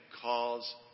cause